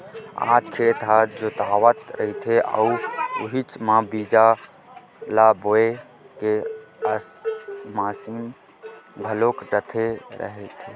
आज खेत ह जोतावत रहिथे अउ उहीच म बीजा ल बोए के मसीन घलोक लगे रहिथे